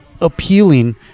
appealing